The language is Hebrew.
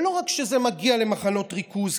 ולא רק כשזה מגיע למחנות ריכוז,